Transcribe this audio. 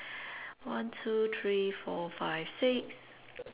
one two three four five six